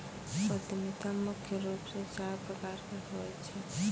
उद्यमिता मुख्य रूप से चार प्रकार के होय छै